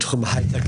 בתחום ההייטק,